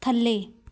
ਥੱਲੇ